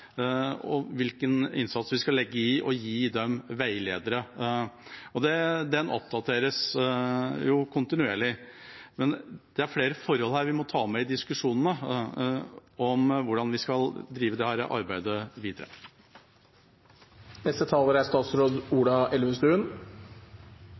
dette. Hvilken innsats skal vi legge i å gi dem veiledere? Den oppdateres jo kontinuerlig. Men det er flere forhold her som vi må ta med i diskusjonene om hvordan vi skal drive dette arbeidet videre. Det er